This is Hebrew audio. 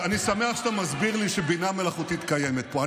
אני שמח שאתה מסביר לי שבינה מלאכותית קיימת פה.